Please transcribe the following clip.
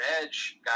edge